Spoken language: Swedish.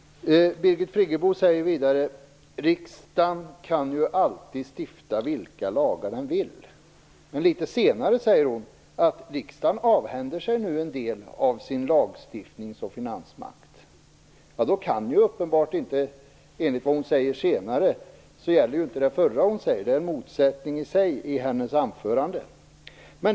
Birgit Friggebo säger vidare att riksdagen alltid kan stifta vilka lagar den vill. Litet senare säger hon att riksdagen nu avhänder sig en del av sin lagstiftnings och finansmakt. Enligt det senare hon säger gäller inte det förra. Det är en motsättning i sig i hennes anförande.